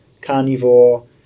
carnivore